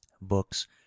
Books